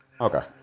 Okay